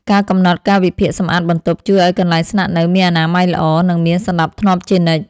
ការកំណត់កាលវិភាគសម្អាតបន្ទប់ជួយឱ្យកន្លែងស្នាក់នៅមានអនាម័យល្អ និងមានសណ្តាប់ធ្នាប់ជានិច្ច។